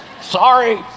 Sorry